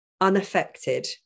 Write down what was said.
unaffected